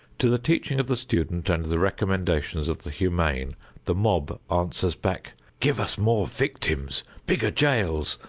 to the teaching of the student and the recommendations of the humane the mob answers back give us more victims, bigger jails,